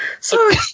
Sorry